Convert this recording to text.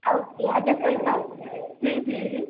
ଆଉ ପିଆଜ ସହିତ ହୁଁ ହୁଁ